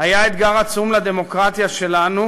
היה אתגר עצום לדמוקרטיה שלנו,